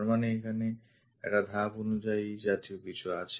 তার মানে এখানে একটা ধাপ জাতীয় কিছু আছে